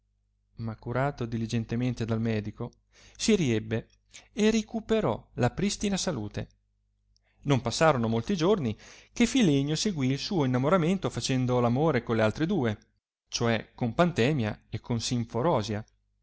ma curato diligentemente dal medico si riebbe e ricuperò la pristina salute non passorono molti giorni che filenio seguì lo suo innamoramento facendo l amore con le altre due cioè con pantemia e